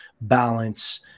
balance